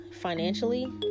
financially